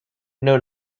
know